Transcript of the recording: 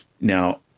Now